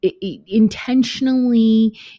intentionally